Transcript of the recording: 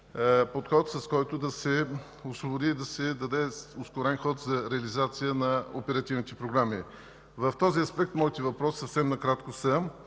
подход, с който да се освободи и да се даде ускорен ход за реализация на оперативните програми. В този аспект моите въпроси съвсем накратко са: